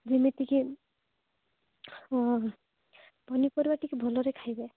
ଯେମିତିକି ପନିପରିବା ଟିକେ ଭଲରେ ଖାଇବେ